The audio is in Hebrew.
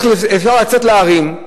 אפשר לצאת לערים,